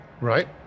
right